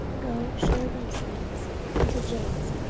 go shew these things unto james,